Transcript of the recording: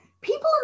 People